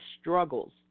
struggles